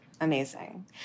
Amazing